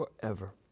forever